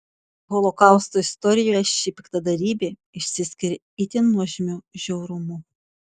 holokausto istorijoje ši piktadarybė išsiskiria itin nuožmiu žiaurumu